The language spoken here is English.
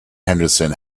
henderson